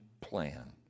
plan